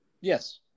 Yes